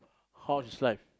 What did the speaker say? how is life